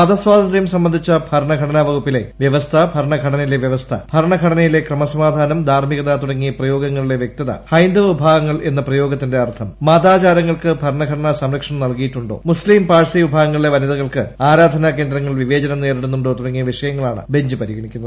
മതസ്വാതന്ത്ര്യം സംബന്ധിച്ചു ഭരണഘടനാ വകുപ്പലെ വ്യവസ്ഥ ഭരണഘടനയിലെ വ്യവസ്ഥ ഭരണഘടനയിലെ ക്രമസമാധാനം ധാർമ്മികത തുടങ്ങിയ പ്രയോഗങ്ങളിലെ വ്യക്തത ഹൈന്ദവ വിഭാഗങ്ങൾ എന്ന പ്രയോഗത്തിന്റെ അർത്ഥം മതാചാരങ്ങൾക്ക് ഭരണഘടനാ സംരക്ഷണം നൽകിയിട്ടുണ്ടോ മുസ്സീം പാഴ്സി വിഭാഗങ്ങളിലെ വനിതകൾക്ക് ആരാധനാ കേന്ദ്രങ്ങളിൽ വിവേചനം നേരിടുന്നുണ്ടോ തുടങ്ങിയ വിഷയങ്ങളാണ് ബെഞ്ച് പരിഗണിക്കുന്നത്